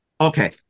okay